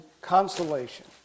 consolation